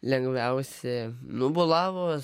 lengviausi nu bulavos